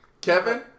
Kevin